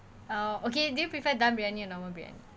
oh okay do you prefer dum briyani or normal briyani